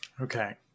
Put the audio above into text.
Okay